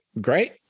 great